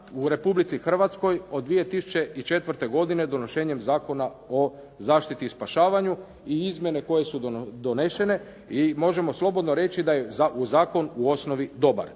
u Republici Hrvatskoj od 2004. godine donošenjem Zakona o zaštiti i spašavanju i izmjene koje su donešene, i možemo slobodno reći da je zakon u osnovi dobar.